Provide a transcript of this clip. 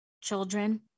children